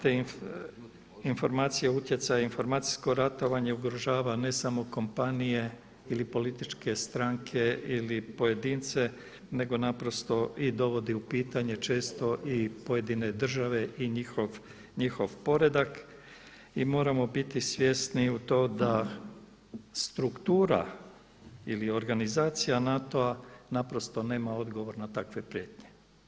Te informacije utjecaja, informacijsko ratovanje ugrožava ne samo kompanije ili političke stranke, ili pojedince nego naprosto i dovodi u pitanje često i pojedine države i njihov poredak i moramo biti svjesni u to da struktura ili organizacija NATO-a naprosto nema odgovor na takve prijetnje.